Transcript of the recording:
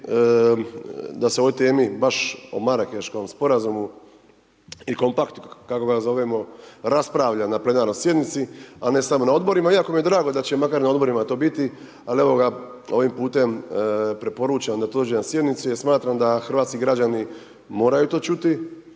da se o ovoj temi, baš o Marrakesckom sporazumu i kompakt, kako ga zovemo, raspravlja na plenarnoj sjednici a ne samo na odborima, iako mi je drago da će makar i na odborima to biti, ali evo ga, ovim putem preporučam …/Govornik se ne razumije./… jer smatram da hrvatski građani moraju to čuti,